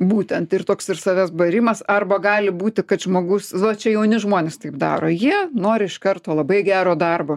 būtent ir toks ir savęs barimas arba gali būti kad žmogus va čia jauni žmonės taip daro jie nori iš karto labai gero darbo